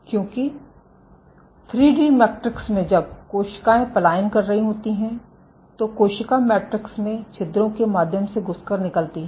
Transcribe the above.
क्योंकि 3 D matrix में जब कोशिकाएं पलायन कर रही होती हैं तो कोशिका मैट्रिक्स में छिद्रों के माध्यम से घुसकर निकलती है